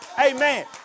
Amen